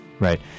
Right